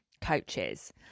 coaches